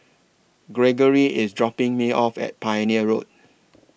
Gregory IS dropping Me off At Pioneer Road